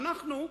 ואנחנו,